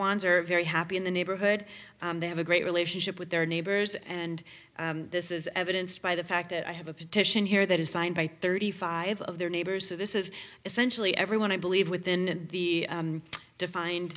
ones are very happy in the neighborhood they have a great relationship with their neighbors and this is evidenced by the fact that i have a petition here that is signed by thirty five of their neighbors so this is essentially everyone i believe within the defined